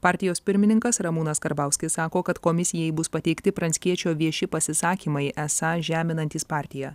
partijos pirmininkas ramūnas karbauskis sako kad komisijai bus pateikti pranckiečio vieši pasisakymai esą žeminantys partiją